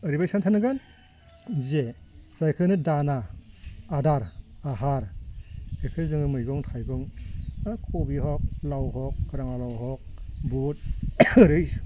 ओरैबायदि सान थानांगोन जे जायखौ होनो दाना आदार आहार बेखौ जोङो मैगं थाइगं कबि हग लाव हग राङा लाव हग बुध ओरै